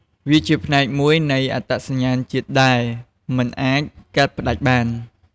វាជាផ្នែកមួយនៃអត្តសញ្ញាណជាតិដែលមិនអាចកាត់ផ្ដាច់បាន។